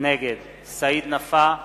נגד סעיד נפאע,